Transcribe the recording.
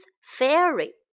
fairy